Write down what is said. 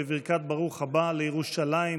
בברכת ברוך הבא לירושלים,